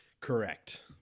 correct